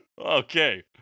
Okay